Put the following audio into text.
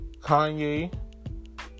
Kanye